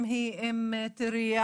אם היא אם טרייה,